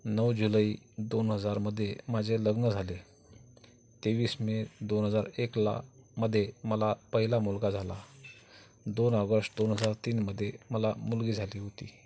नऊ जुलई दोन हजारमध्ये माझे लग्न झाले तेवीस मे दोन हजार एकला मध्ये मला पहिला मुलगा झाला दोन ऑगस्ट दोन हजार तीनमध्ये मला मुलगी झाली होती